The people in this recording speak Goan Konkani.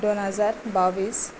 दोन हजार बावीस